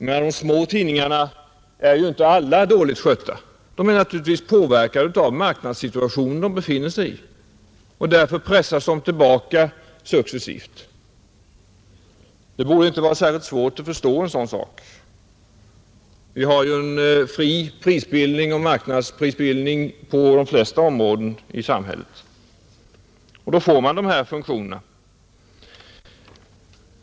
Men de små tidningarna är ju inte alla dåligt skötta. De är naturligtvis påverkade av den marknadssituation de befinner sig i, och därför pressas de tillbaka successivt. Det borde inte vara särskilt svårt att förstå en sådan sak. Vi har ju fri marknadsprisbildning på de flesta områden i samhället, och då får man de här följderna.